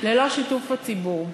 ללא שיתוף הציבור.